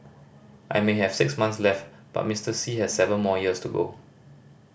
I may have six months left but Mister Xi has seven more years to go